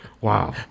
Wow